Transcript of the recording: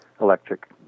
electric